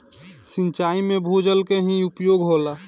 सिंचाई में भूजल क ही उपयोग होला